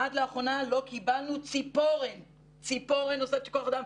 עד לאחרונה לא קיבלנו ציפורן נוספת של כוח אדם.